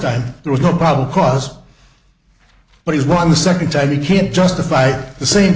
time there was no problem because but he's won the second time he can't justify the same